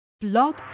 Blog